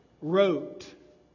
wrote